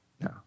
no